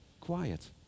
quiet